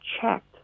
checked